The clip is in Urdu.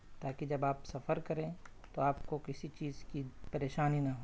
تاکہ جب آپ سفر کریں تو آپ کو کسی چیز کی پریشانی نہ ہو